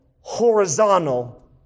horizontal